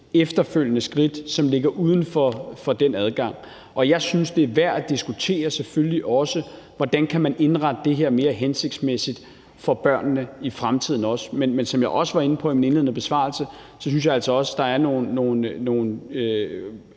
efterfølgende skridt, som ligger uden for den adgang. Jeg synes, det selvfølgelig er værd også at diskutere, hvordan man kan indrette det her mere hensigtsmæssigt for børnene i fremtiden også. Men som jeg også var inde på i min indledende besvarelse, synes jeg altså også, der er nogle